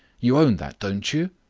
you own that, don't you?